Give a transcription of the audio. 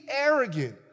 arrogant